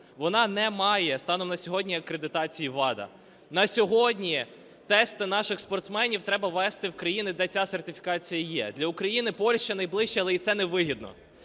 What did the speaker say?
вона не має станом на сьогодні акредитації ВАДА, на сьогодні тести наших спортсменів треба везти в країни, де ця сертифікація є. Для України Польща найближче, але і це невигідно.